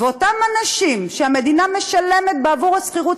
ואותם אנשים שהמדינה משלמת בעבור השכירות